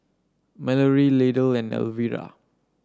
Mallory Lydell and Elvira